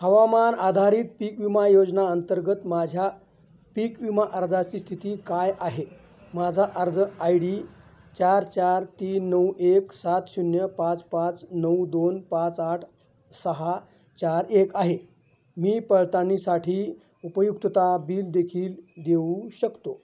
हवामान आधारित पीक विमा योजना अंतर्गत माझ्या पीक विमा अर्जाची स्थिती काय आहे माझा अर्ज आय डी चार चार तीन नऊ एक सात शून्य पाच पाच नऊ दोन पाच आठ सहा चार एक आहे मी पडताळणीसाठी उपयुक्तता बिल देखील देऊ शकतो